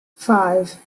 five